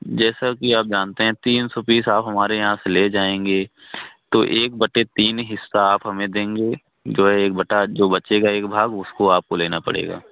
जैसा कि आप जानते हैं तीन सौ बीस आप हमारे यहाँ से ले जाएँगे तो एक बटे तीन हिस्सा आप हमें देंगे जो है एक बटा जो बचेगा एक भाग उसको आपको लेना पड़ेगा